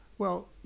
well,